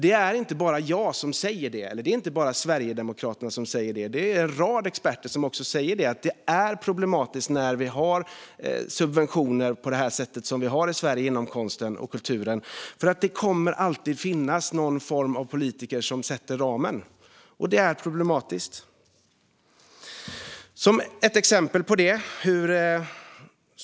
Det är inte bara jag och Sverigedemokraterna som säger det. Det är en rad experter som säger att det är problematiskt när vi har subventioner på det sätt som vi har i Sverige inom konsten och kulturen. Det kommer alltid att finnas någon politiker som sätter ramen, och det är problematiskt.